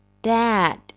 Dad